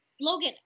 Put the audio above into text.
Logan